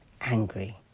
angry